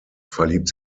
verliebt